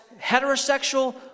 heterosexual